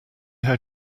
how